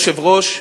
אדוני היושב-ראש,